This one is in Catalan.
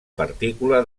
partícula